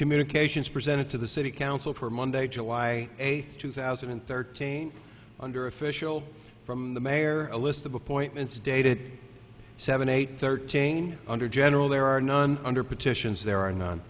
communications presented to the city council for monday july eighth two thousand and thirteen under official from the mayor a list of appointments dated seven eight thirteen under general there are none under petitions there are no